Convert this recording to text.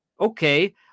Okay